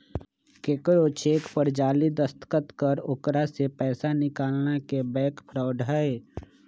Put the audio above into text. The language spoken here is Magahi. केकरो चेक पर जाली दस्तखत कर ओकरा से पैसा निकालना के बैंक फ्रॉड हई